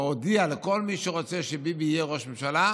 הודיע לכל מי שרוצה שביבי יהיה ראש ממשלה,